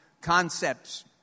concepts